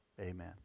Amen